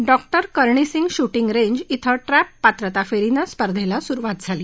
डॉ Karni Singh shooting range खें trap पात्रता फेरीनं स्पर्धेला सुरुवात झाली